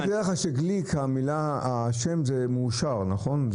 גליק, המילה זה מאושר, נכון?